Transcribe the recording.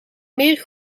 meer